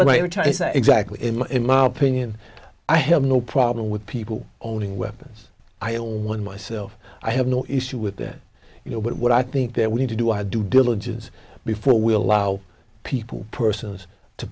retire exactly in my opinion i have no problem with people owning weapons i own one myself i have no issue with that you know what i think that we need to do our due diligence before we allow people persons to